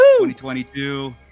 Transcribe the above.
2022